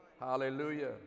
Hallelujah